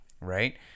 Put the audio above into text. right